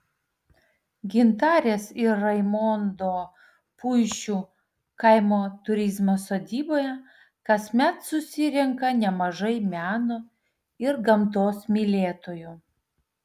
gintarės ir raimondo puišių kaimo turizmo sodyboje kasmet susirenka nemažai meno ir gamtos mylėtojų